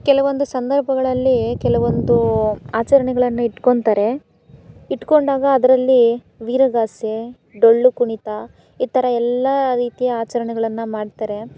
ಕೆಲವೊಂದು ಸಂದರ್ಭಗಳಲ್ಲಿ ಕೆಲವೊಂದು ಆಚರಣೆಗಳನ್ನ ಇಟ್ಕೊಳ್ತಾರೆ ಇಟ್ಟುಕೊಂಡಾಗ ಅದರಲ್ಲಿ ವೀರಗಾಸೆ ಡೊಳ್ಳು ಕುಣಿತ ಈ ಥರ ಎಲ್ಲ ರೀತಿಯ ಆಚರಣೆಗಳನ್ನ ಮಾಡ್ತಾರೆ